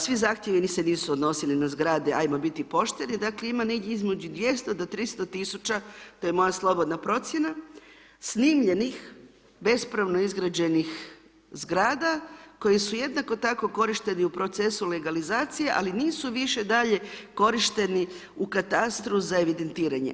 Svi zahtjevi nisu se odnosili na zgrade, ajmo biti pošteni, dakle, ima negdje između 200 do 300 000, to je moja slobodna procjena, snimljenih, bespravno izgrađenih zgrada, koji su jednako tako korišteni u procesu legalizacije, ali nisu više dalje korišteni u katastru za evidentiranje.